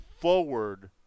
forward